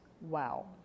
Wow